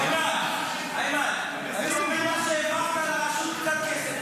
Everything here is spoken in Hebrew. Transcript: איימן --- מה שהעברת לרשות קצת כסף,